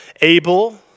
Abel